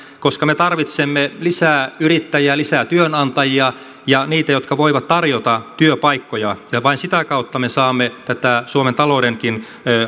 koska me tarvitsemme lisää yrittäjiä lisää työnantajia ja niitä jotka voivat tarjota työpaikkoja vain sitä kautta me saamme näitä suomen taloudenkin